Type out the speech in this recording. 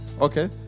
okay